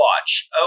Watch